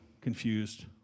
confused